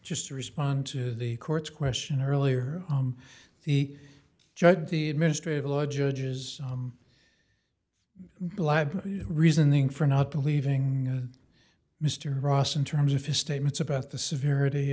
just to respond to the court's question earlier the judge of the administrative law judges blab reasoning for not believing mr ross in terms of his statements about the severity